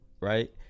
right